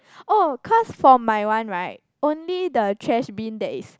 oh cause for my one right only the trash bin that is